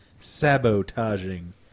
Sabotaging